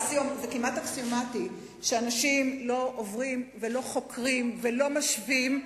זה כמעט אקסיומטי שאנשים לא עוברים ולא חוקרים ולא משווים,